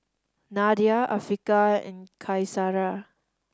Nadia Afiqah and Qaisara